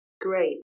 Great